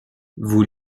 vous